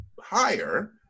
higher